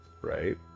right